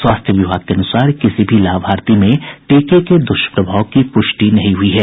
स्वास्थ्य विभाग के अनुसार किसी भी लाभार्थी में टीके के द्वष्प्रभाव की पुष्टि नहीं हुई है